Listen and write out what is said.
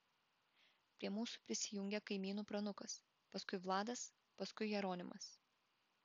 prie mūsų prisijungė kaimynų pranukas paskui vladas paskui jeronimas